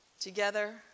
Together